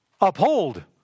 Uphold